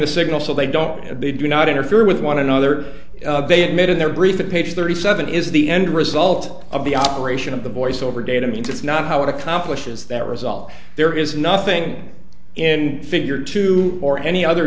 the signal so they don't they do not interfere with one another they admitted their brief page thirty seven is the end result of the operation of the voice over data means it's not how it accomplishes that result there is nothing in figure two or any other